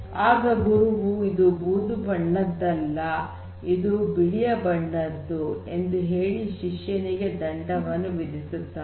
ಆಗ ಗುರುವು ಇದು ಬೂದು ಬಣ್ಣದ್ದಲ್ಲ ಇದು ಬಿಳಿ ಬಣ್ಣದ್ದು ಎಂದು ಹೇಳಿ ಶಿಷ್ಯನಿಗೆ ದಂಡವನ್ನು ವಿಧಿಸುತ್ತಾನೆ